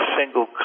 single